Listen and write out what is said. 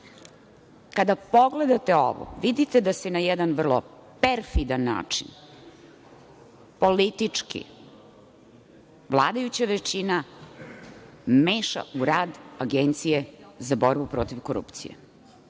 Kada pogledate ovo, vidite da se na jedan vrlo perfidan način, politički vladajuća većina meša u rad Agencije za borbu protiv korupcije.